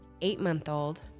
eight-month-old